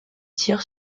tire